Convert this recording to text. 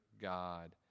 God